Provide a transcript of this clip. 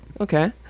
Okay